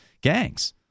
gangs